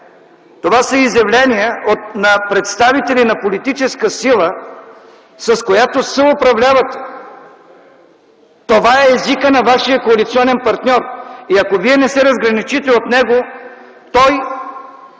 Това са изявления на представители на политическа сила, с която съуправляват. Това е езикът на вашия коалиционен партньор и ако вие не се разграничите от него, той